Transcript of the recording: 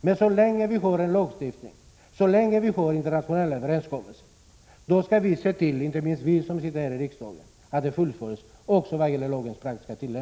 Men så länge vi har en lagstiftning och internationella överenskommelser skall inte minst vi som sitter i riksdagen se till att dessa följs i praktiken.